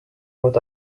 what